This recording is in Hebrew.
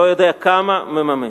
לא יודע כמה מממן.